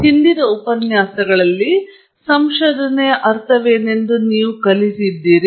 ಹಿಂದಿನ ಉಪನ್ಯಾಸಗಳಲ್ಲಿ ಸಂಶೋಧನೆಯ ಅರ್ಥವೇನೆಂದು ನೀವು ಕಲಿತಿದ್ದೀರಿ